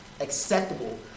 acceptable